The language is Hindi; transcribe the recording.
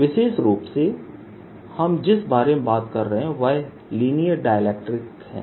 विशेष रूप से हम जिस बारे में बात कर रहे हैं वह लीनियर डाइलेक्ट्रिक्स हैं